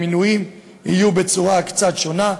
המינויים יהיו בצורה קצת שונה,